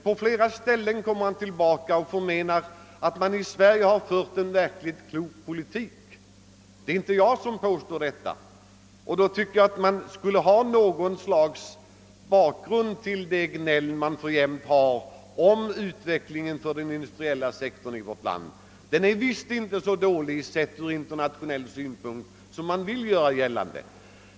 På flera ställen återkommer han och förmenar att man i Sverige fört en verkligt klok politik. Det är inte jag som påstår detta men jag tycker att de som jämt gnäller borde ha något slags bakgrund till sitt gnäll om utvecklingen inom den industriella sektorn i vårt land. Den är visst inte så dålig, sedd ur internationell synpunkt, som många vill göra gällande.